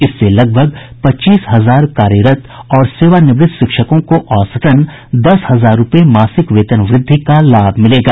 इससे लगभग पच्चीस हजार कार्यरत और सेवानिवृत शिक्षकों को औसतन दस हजार रूपये मासिक वेतन वृद्धि का लाभ मिलेगा